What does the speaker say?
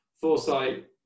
Foresight